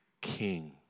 king